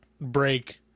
break